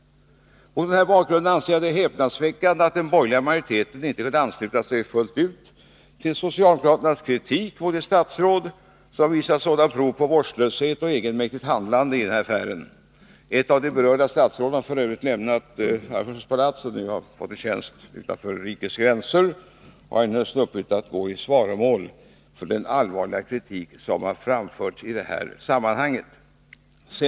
Mot denna bakgrund anser jag det häpnadsväckande att den borgerliga majoriteten inte vill ansluta sig fullt ut till socialdemokraternas kritik mot de statsråd som visat sådana prov på vårdslöshet och egenmäktigt handlande i den här affären. Ett av de berörda statsråden har f. ö. lämnat Arvfurstens palats för att ta en tjänst utanför rikets gränser och på så sätt sluppit att gå i svaromål med anledning av den allvarliga kritik som framförts i detta sammanhang.